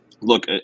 look